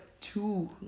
two